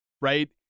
Right